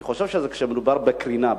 אני חושב שכשמדובר בקרינה,